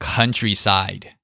Countryside